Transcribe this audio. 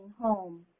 home